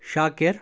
شاکر